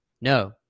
No